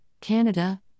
Canada